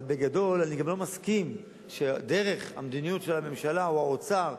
אבל בגדול אני גם לא מסכים לדרך המדיניות של הממשלה או האוצר,